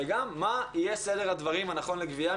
וגם מה יהיה סדר הדברים הנכון לגבייה,